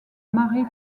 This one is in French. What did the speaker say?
mare